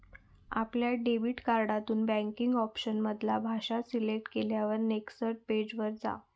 आपल्या डेबिट कार्डातून banking option मधना भाषा सिलेक्ट केल्यार नेक्स्ट पेज वर जा